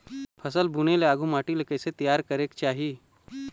फसल बुने ले आघु माटी ला कइसे तियार करेक चाही?